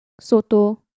Soto